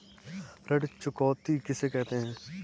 ऋण चुकौती किसे कहते हैं?